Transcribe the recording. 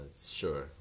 sure